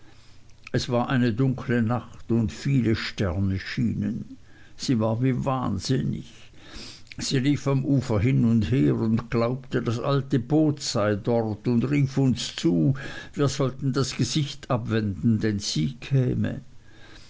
es war eine dunkle nacht und viele sterne schienen sie war wie wahnsinnig sie lief am ufer hin und her und glaubte das alte boot sei dort und rief uns zu wir sollten das gesicht abwenden denn sie käme